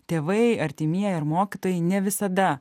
tėvai artimieji ar mokytojai ne visada